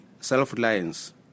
self-reliance